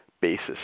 basis